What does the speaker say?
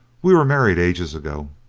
we were married ages ago.